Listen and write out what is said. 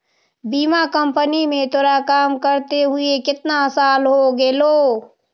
बीमा कंपनी में तोरा काम करते हुए केतना साल हो गेलो